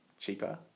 cheaper